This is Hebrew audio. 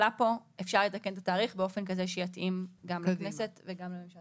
אפשר לתקן את התאריך באופן כזה שיתאים גם לכנסת וגם לממשלה.